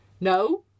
No